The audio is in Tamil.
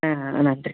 ஆஆ நன்றி